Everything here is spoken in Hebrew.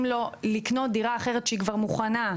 לו לקנות דירה אחרת שהיא כבר מוכנה,